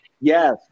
yes